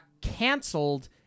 canceled